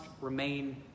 remain